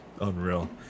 Unreal